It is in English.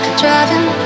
Driving